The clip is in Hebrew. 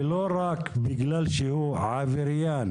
זה לא רק בגלל שהוא עבריין,